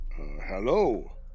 Hello